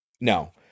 No